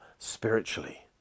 spiritually